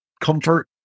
comfort